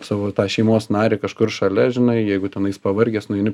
savo tą šeimos narį kažkur šalia žinai jeigu tenais pavargęs nueini